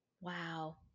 Wow